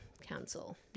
council